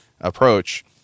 approach